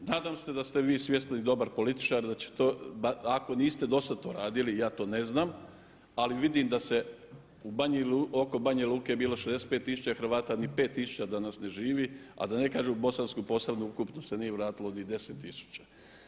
Nadam se da ste vi svjesni i dobar političar da ćete, ako niste dosad to radili ja to ne znam, ali vidim da se oko Banja Luke je bilo 65 tisuća Hrvata, ni 5 tisuća danas ne živi, a da ne kažem u Bosanskoj posavini ukupno se nije vratilo ni 10 tisuća.